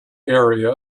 area